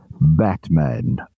Batman